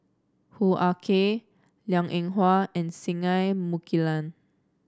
Hoo Ah Kay Liang Eng Hwa and Singai Mukilan